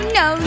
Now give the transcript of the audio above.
no